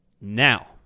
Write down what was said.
now